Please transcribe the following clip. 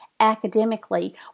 academically